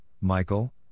Michael